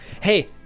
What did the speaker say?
Hey